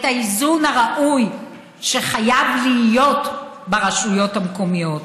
את האיזון הראוי שחייב להיות ברשויות המקומיות.